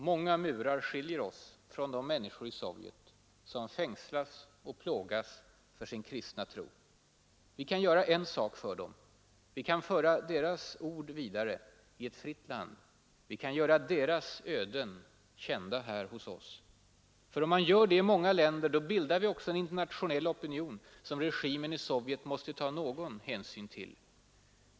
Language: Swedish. Många murar skiljer oss från de människor i Sovjet som fängslas och plågas för sin kristna tro. Vi kan göra en sak för dem: vi kan föra deras ord vidare i ett fritt land, vi kan göra deras öden kända här hos oss. För om man gör det i många länder bildar vi också en internationell opinion, som regimen i Sovjet måste ta någon hänsyn till.